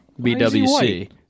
BWC